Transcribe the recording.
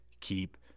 keep